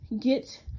get